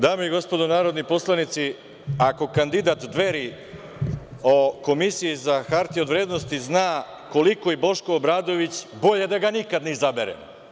Dame i gospodo narodni poslanici, ako kandidat Dveri o Komisiji za hartije od vrednosti zna koliko i Boško Obradović bolje da ga nikad ne izaberemo.